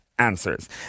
Answers